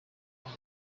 aho